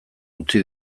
utzi